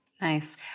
Nice